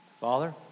Father